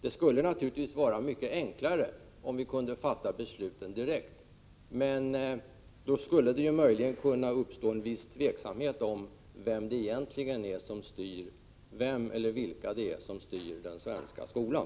Det skulle naturligtvis vara enklare om vi direkt kunde fatta besluten, men då skulle det möjligen kunna uppstå en viss tveksamhet om vem som egentligen styr den svenska skolan.